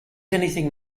anything